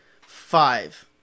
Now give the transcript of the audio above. Five